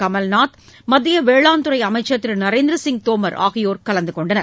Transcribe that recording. கமல்நாத் மத்திய வேளாண் துறை அமைச்சர் திரு நரேந்திரசிங் தோமர் ஆகியோர் கலந்து கொண்டனர்